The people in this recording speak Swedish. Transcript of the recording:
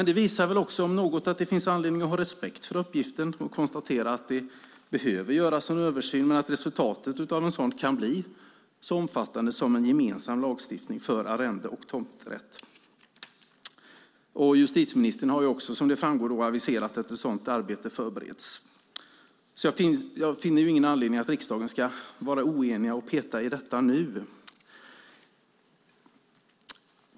Det visar väl också om något att det finns anledning att ha respekt för uppgiften och konstatera att det behöver göras en översyn, men att resultatet av en sådan kan bli så omfattande som en gemensam lagstiftning för arrenden och tomträtt. Justitieministern har också som det framgår aviserat att ett sådant arbete förbereds. Jag finner ingen anledning till att riksdagen ska vara oenig och peta i detta nu.